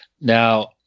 Now